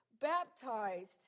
baptized